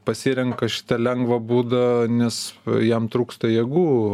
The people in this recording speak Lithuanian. pasirenka šitą lengvą būdą nes jam trūksta jėgų